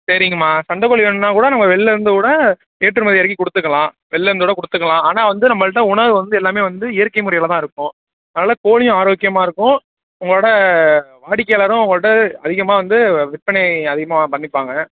சரிங்கம்மா சண்டைக் கோழி வேணுன்னால் கூட நம்ம வெளில இருந்து கூட ஏற்றுமதி இறக்கி கொடுத்துக்கலாம் வெளில இருந்து கூட கொடுத்துக்கலாம் ஆனால் வந்து நம்மகிட்ட உணவு வந்து எல்லாமே வந்து இயற்கை முறையில் தான் இருக்கும் அதனால் கோழியும் ஆரோக்கியமாக இருக்கும் உங்களோடய வாடிக்கையாளரும் உங்கள்கிட்ட அதிகமாக வந்து விற்பனை அதிகமாக பண்ணிப்பாங்க